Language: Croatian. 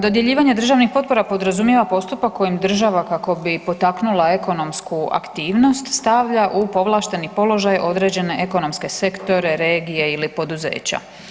Dodjeljivanje državnih potpora podrazumijeva postupak kojim država kako bi potaknula ekonomsku aktivnost stavlja u povlašteni položaj određene ekonomske sektore, regije ili poduzeća.